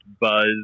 buzz